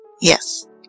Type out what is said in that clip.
Yes